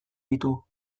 ditu